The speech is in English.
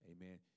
Amen